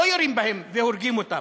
לא יורים בהם והורגים אותם.